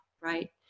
Right